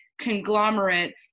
conglomerate